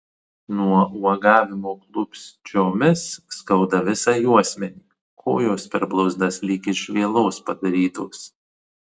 nuo uogavimo klupsčiomis skauda visą juosmenį kojos per blauzdas lyg iš vielos padarytos